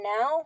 now